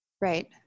Right